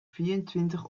vierentwintig